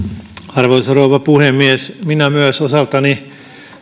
arvoisa rouva puhemies minä myös osaltani